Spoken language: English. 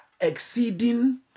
exceeding